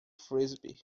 frisbee